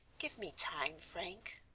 give me time, frank.